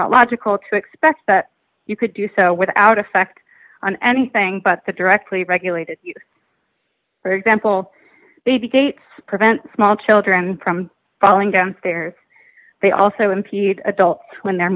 logical to expect that you could do so without effect on anything but the directly regulated for example baby gates prevent small children from falling down stairs they also impede adults when they're